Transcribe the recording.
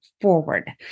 forward